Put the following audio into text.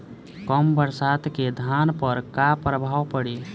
कम बरसात के धान पर का प्रभाव पड़ी?